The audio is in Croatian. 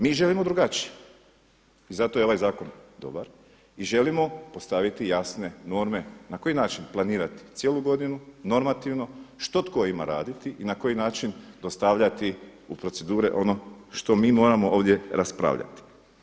Mi želimo drugačije i zato je ovaj zakon dobar i želimo postaviti jasne norme na koji način planirati cijelu godinu, normativno što tko ima raditi i na koji način dostavljati u procedure ono što mi moramo ovdje raspravljati.